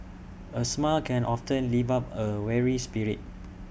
A smile can often lift up A weary spirit